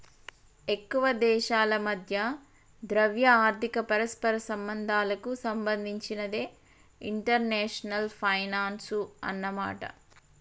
ఎక్కువ దేశాల మధ్య ద్రవ్య ఆర్థిక పరస్పర సంబంధాలకు సంబంధించినదే ఇంటర్నేషనల్ ఫైనాన్సు అన్నమాట